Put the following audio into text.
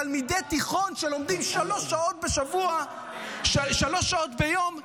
לתלמידי תיכון שלומדים שלוש שעות ביום בצוהריים.